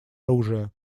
оружия